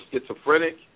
schizophrenic